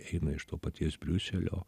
eina iš to paties briuselio